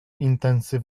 intensy